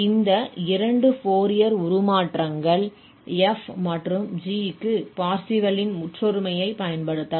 இந்த இரண்டு Fourier cosine உருமாற்றங்கள் f மற்றும் g க்கு பர்சேவல் Parseval's ன் முற்றொருமையைப் பயன்படுத்தலாம்